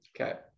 Okay